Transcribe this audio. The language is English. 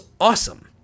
awesome